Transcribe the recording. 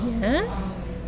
yes